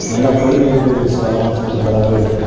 நல்லா பொழுதுப்போக்கு சாராம்சங்கள் கொண்டதாகவே இருக்கும்